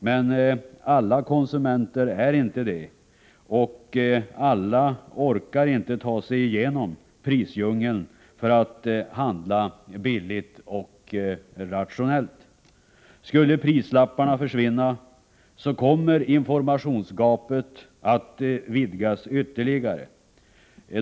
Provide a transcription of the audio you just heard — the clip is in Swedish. Men alla konsumenter är inte det, och alla orkar inte ta sig igenom prisdjungeln för att handla billigt och rationellt. Skulle prislapparna försvinna, kommer informationsgapet att vidgas ytterligare.